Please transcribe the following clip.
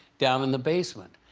down in the basement.